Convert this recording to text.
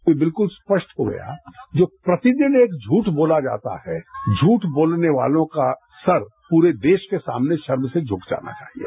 यह विलकुल स्पष्ट हो गया जो प्रतिदिन एक झूठ बोला जाता है झूठ बोलने वालों का सर पूरे देश के सामने शर्म से झूक जाना चाहिये